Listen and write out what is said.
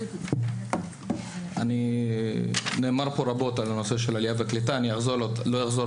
אני מצפה מכלל הגורמים סביב השולחן - לא עשיתי